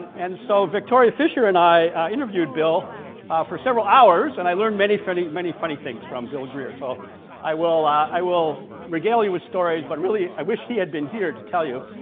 and so victoria fisher and i interviewed bill for several hours and i learned many funny many funny things from bill greer so i will i i will regale you with stories, but really i wish he had been here to tell you.